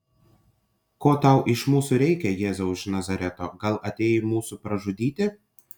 ko tau iš mūsų reikia jėzau iš nazareto gal atėjai mūsų pražudyti